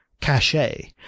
cachet